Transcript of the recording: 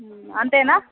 అంతేనా